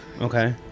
okay